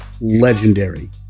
legendary